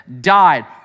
died